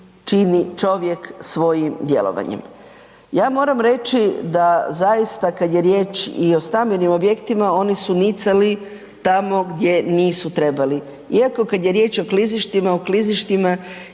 čini čovjek svojim djelovanjem. Ja moram reći da zaista kad je riječ i o stambenim objektima oni su nicali tamo gdje nisu trebali, iako kada je riječ o klizištima, o klizištima